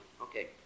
Okay